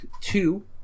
two